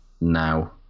now